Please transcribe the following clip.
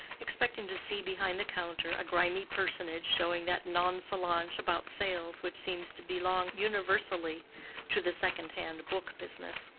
expecting to see behind the counter a grimy personage showing that nonchalance about sales which seems to belong universally to the second-hand book-business.